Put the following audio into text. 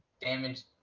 damage